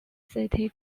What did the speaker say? city